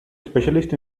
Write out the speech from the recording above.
specialist